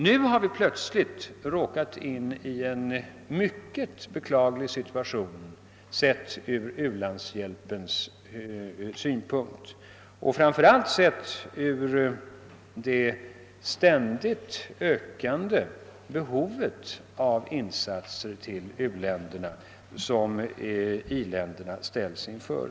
Nu har vi plötsligt råkat in i en mycket beklaglig situation, sett ur u-landshjälpens synpunkt och framför allt sett ur ett ständigt ökande behov av insatser till u-länderna, som i-länderna ställs inför.